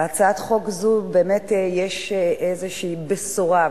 בהצעת חוק זו באמת יש איזושהי בשורה,